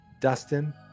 Dustin